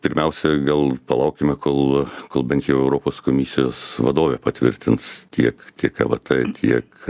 pirmiausia gal palaukime kol kol bent jau europos komisijos vadovę patvirtins tiek tiek evt tiek